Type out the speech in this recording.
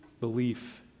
Belief